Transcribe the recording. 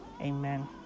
Amen